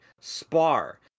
spar